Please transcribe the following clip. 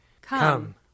Come